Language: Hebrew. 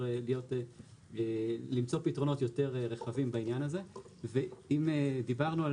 להיות למצוא פתרונות יותר רחבים בעניין הזה ואם דיברנו על